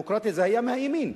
אדוני, דמוקרטיה מתגוננת,